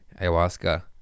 Ayahuasca